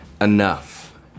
enough